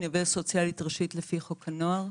אני עובדת סוציאלית ראשית לפי חוק הנוער,